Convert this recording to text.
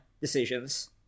decisions